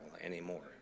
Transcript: anymore